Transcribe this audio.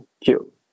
cute